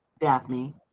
Daphne